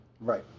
Right